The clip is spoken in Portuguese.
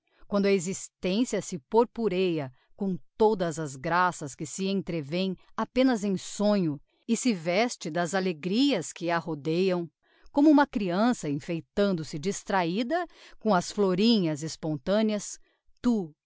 quando a existencia se purpurêa com todas as graças que se entrevêem apenas em sonho e se veste das alegrias que a rodeiam como uma criança enfeitando se distrahida com as florinhas espontaneas tu